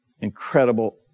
incredible